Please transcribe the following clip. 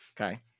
Okay